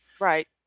Right